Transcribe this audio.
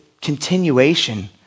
continuation